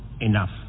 enough